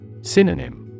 Synonym